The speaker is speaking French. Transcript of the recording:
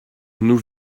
nous